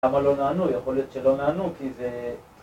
למה לא נענו? יכול להיות שלא נענו כי זה...